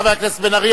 חבר הכנסת בן-ארי,